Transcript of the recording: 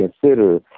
consider